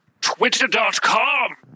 twitter.com